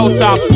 top